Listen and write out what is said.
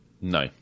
No